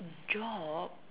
job